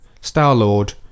Star-Lord